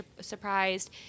surprised